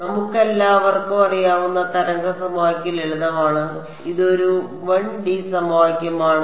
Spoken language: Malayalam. അതിനാൽ നമുക്കെല്ലാവർക്കും അറിയാവുന്ന തരംഗ സമവാക്യം ലളിതമാണ് ഇത് ഒരു 1D സമവാക്യമാണ്